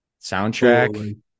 soundtrack